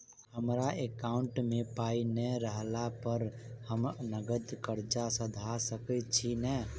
हमरा एकाउंट मे पाई नै रहला पर हम नगद कर्जा सधा सकैत छी नै?